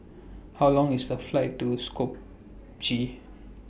How Long IS The Flight to Skopje